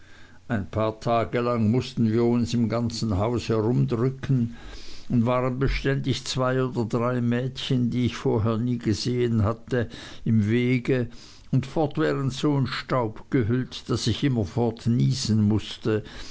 ein paar tage lang mußten wir uns im ganzen hause herumdrücken und waren beständig zwei oder drei mädchen die ich vorher nie gesehen hatte im wege und fortwährend so in staub gehüllt daß ich immerfort niesen mußte